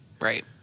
Right